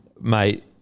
mate